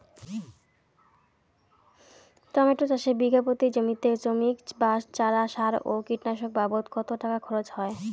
Tomato চাষে বিঘা প্রতি জমিতে শ্রমিক, বাঁশ, চারা, সার ও কীটনাশক বাবদ কত টাকা খরচ হয়?